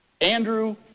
Andrew